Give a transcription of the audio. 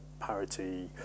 parity